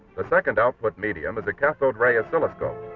the second output medium is the cathode ray oscilloscope.